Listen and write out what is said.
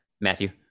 Matthew